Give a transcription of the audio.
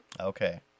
Okay